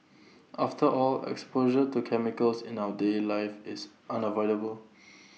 after all exposure to chemicals in our daily life is unavoidable